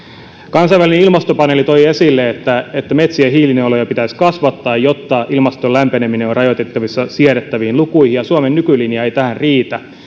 kansainvälinen ilmastopaneeli toi esille että metsien hiilinieluja pitäisi kasvattaa jotta ilmaston lämpeneminen on rajoitettavissa siedettäviin lukuihin ja suomen nykylinja ei tähän riitä